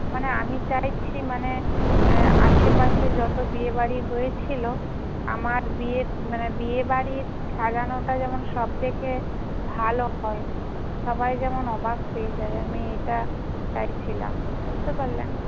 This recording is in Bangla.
মানে আমি চাইছি মানে আশেপাশে যত বিয়েবাড়ি হয়েছিল আমার বিয়ে মানে বিয়েবাড়ির সাজানোটা যেমন সব থেকে ভালো হয় সবাই যেমন অবাক হয়ে যায় আমি এটা চাইছিলাম বুঝতে পারলেন